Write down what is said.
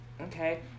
okay